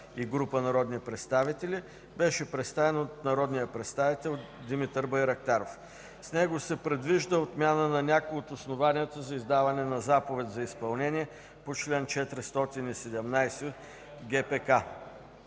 и група народни представители, беше представен от народния представител Димитър Байрактаров. С него се предвижда отмяна на някои от основанията за издаване на заповед за изпълнение по чл. 417 от ГПК.